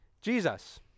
Jesus